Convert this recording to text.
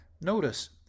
Notice